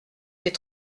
des